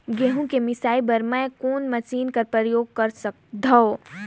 गहूं के मिसाई बर मै कोन मशीन कर प्रयोग कर सकधव?